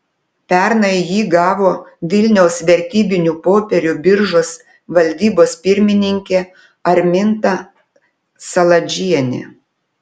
pernai jį gavo vilniaus vertybinių popierių biržos valdybos pirmininkė arminta saladžienė